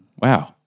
Wow